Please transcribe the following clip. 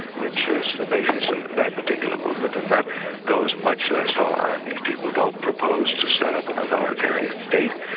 which is the basis of that particular movement, and that goes much less, um ah these people don't propose to set up an authoritarian state,